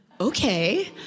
okay